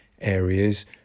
areas